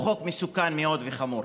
הוא חוק מסוכן מאוד וחמור.